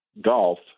Golf